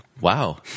Wow